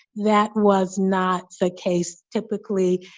that was not the case. typically,